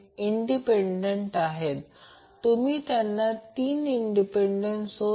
तर इथे जर आपण ते XL x g ठेवले तर ZLR g j x g नंतर ZLZg conjugate होईल कारण Zg प्रत्यक्षात Rg jxg आहे